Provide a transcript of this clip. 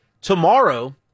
tomorrow